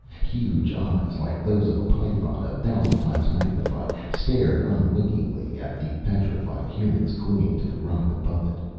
huge eyes, like those of a python a thousand times magnified, stared unwinkingly at the petrified humans clinging to the rock above it.